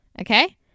okay